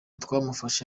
twamufashe